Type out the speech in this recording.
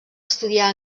estudiar